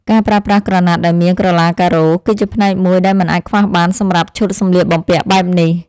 ការប្រើប្រាស់ក្រណាត់ដែលមានក្រឡាការ៉ូ គឺជាផ្នែកមួយដែលមិនអាចខ្វះបានសម្រាប់ឈុតសម្លៀកបំពាក់បែបនេះ។